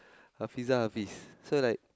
Hafiza Hafiz so like